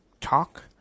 talk